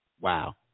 Wow